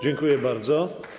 Dziękuję bardzo.